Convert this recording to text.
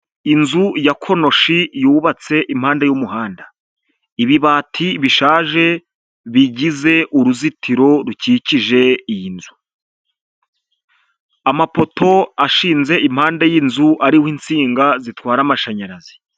Inzu ya konoshi yubatse impande y'umuhanda, ibibati bishaje bigize uruzitiro rukikije iyi nzu. Amapoto ashinze impande y'iyi nzu ariho insinga zitwara amashanyarazi.